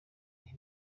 bihe